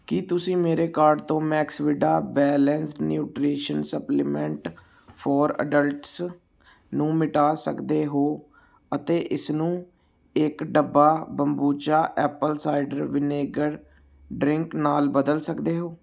ਕੀ ਤੁਸੀਂ ਮੇਰੇ ਕਾਰਟ ਤੋਂ Maxvida balanced nutrition supplement for adults ਨੂੰ ਮਿਟਾ ਸਕਦੇ ਹੋ ਅਤੇ ਇਸਨੂੰ ਇੱਕ ਡੱਬਾ Bombucha apple cider vinegar drink ਨਾਲ ਬਦਲ ਸਕਦੇ ਹੋ